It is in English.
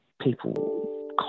people